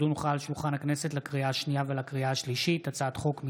הצעת חוק זכויות התורמים